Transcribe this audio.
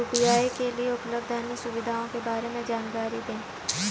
UPI के लिए उपलब्ध अन्य सुविधाओं के बारे में जानकारी दें?